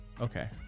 Okay